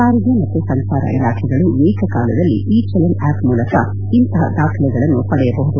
ಸಾರಿಗೆ ಮತ್ತು ಸಂಚಾರ ಇಲಾಖೆಗಳು ಏಕಕಾಲದಲ್ಲಿ ಇ ಚಲನ್ ಆಪ್ ಮೂಲಕ ಇಂತಪ ದಾಖಲೆಗಳನ್ನು ಪಡೆಯಬಹುದು